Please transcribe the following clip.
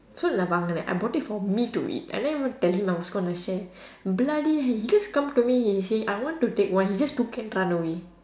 so nevermind after that I bought it for me to eat I never even tell him I was going to share bloody hell he just come to me and he say I want to take one he just took it and run away